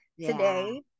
today